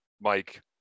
Mike